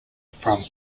from